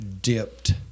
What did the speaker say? dipped